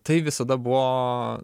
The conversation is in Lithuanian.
tai visada buvo